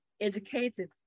educated